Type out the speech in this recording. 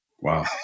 Wow